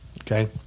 okay